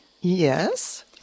Yes